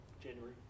January